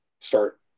start